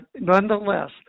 nonetheless